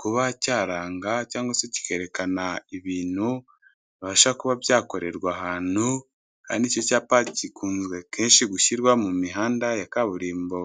kuba cyaranga cyangwa se kikerekana ibintu bibasha kuba byakorerwa ahantu kandi icyo cyapa gikunzwe kenshi gushyirwa mu mihanda ya kaburimbo.